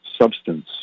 substance